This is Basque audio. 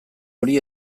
hori